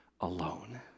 alone